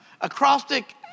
Acrostic